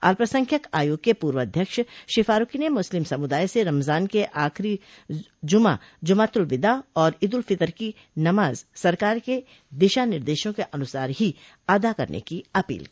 अल्पसंख्यक आयोग के पूर्व अध्यक्ष श्री फारूकी ने मुस्लिम समुदाय से रमजान के आखिरी जुमा जुमातुल विदा और ईद उल फितर की नमाज सरकार की दिशानिर्देशों के अनुसार ही अदा करने की अपील की